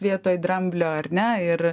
vietoj dramblio ar ne ir